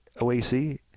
OAC